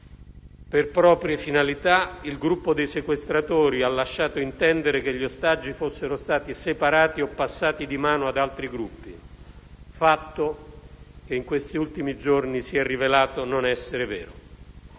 Per proprie finalità, il gruppo dei sequestratori ha lasciato intendere che gli ostaggi fossero stati separati o passati di mano ad altri gruppi, fatto che in questi ultimi giorni si è rivelato non essere vero.